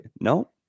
no